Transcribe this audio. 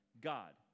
God